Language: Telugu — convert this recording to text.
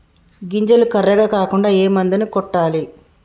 గింజలు కర్రెగ కాకుండా ఏ మందును కొట్టాలి?